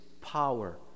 power